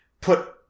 put